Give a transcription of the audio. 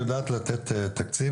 היא יודעת לתת תקציב,